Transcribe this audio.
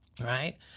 right